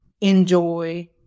enjoy